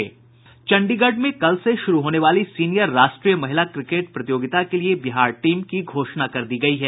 चंडीगढ़ में कल से शुरू होने वाली सीनियर राष्ट्रीय महिला क्रिकेट प्रतियोगिता के लिए बिहार टीम की घोषणा कर दी गयी है